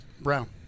Brown